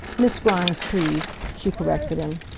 miss grimes, please, she corrected him.